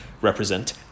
represent